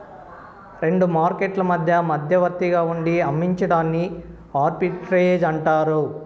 రెండు మార్కెట్లు మధ్య మధ్యవర్తిగా ఉండి అమ్మించడాన్ని ఆర్బిట్రేజ్ అంటారు